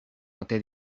ote